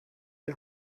die